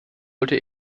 wollte